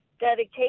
dedication